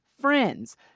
friends